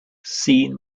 seen